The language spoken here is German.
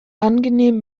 angenehm